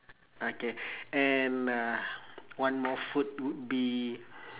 okay and uh one more food would be